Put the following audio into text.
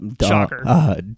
Shocker